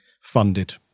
funded